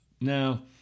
Now